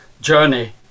journey